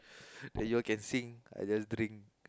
then you all can sing I just drink